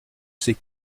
sais